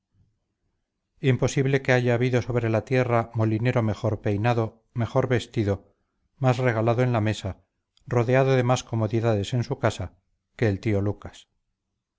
sienten imposible que haya habido sobre la tierra molinero mejor peinado mejor vestido más regalado en la mesa rodeado de más comodidades en su casa que el tío lucas